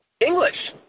English